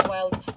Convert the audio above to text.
Wild